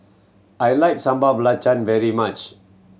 I like Sambal Belacan very much